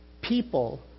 people